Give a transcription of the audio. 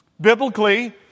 Biblically